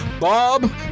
Bob